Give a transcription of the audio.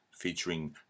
featuring